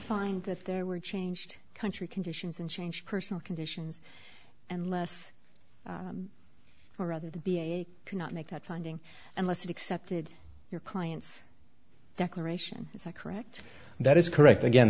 find that there were changed country conditions and changed personal conditions and less or rather the be a cannot make that funding unless accepted your clients declaration is that correct that is correct again